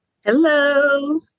Hello